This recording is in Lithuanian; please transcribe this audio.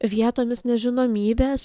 vietomis nežinomybės